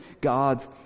God's